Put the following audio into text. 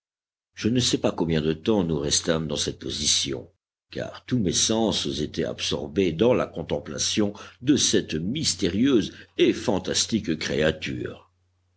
je ne sais pas combien de temps nous restâmes dans cette position car tous mes sens étaient absorbés dans la contemplation de cette mystérieuse et fantastique créature